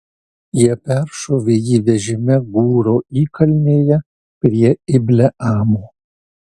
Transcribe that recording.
jie peršovė jį vežime gūro įkalnėje prie ibleamo